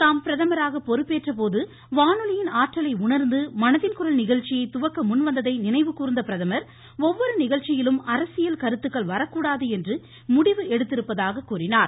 தாம் பிரதமராக பொறுப்பேற்ற போது வானொலியின் அழற்றலை உணர்ந்து மனதின் குரல் நிகழ்ச்சியை துவக்க முன்வந்ததை நினைவு கூர்ந்த அவர் ஒவ்வொரு நிகழ்ச்சியிலும் அரசியல் கருத்துக்கள் வரக்கூடாது என்று முடிவு எடுத்திருப்பதாக கூறினார்